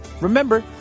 Remember